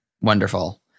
Wonderful